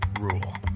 rule